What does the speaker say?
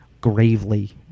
gravely